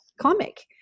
comic